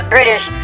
British